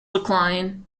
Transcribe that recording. decline